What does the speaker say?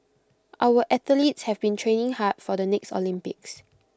our athletes have been training hard for the next Olympics